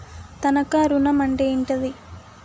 తనఖా ఋణం అంటే ఏంటిది?